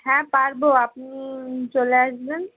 হ্যাঁ পারবো আপনি চলে আসবেন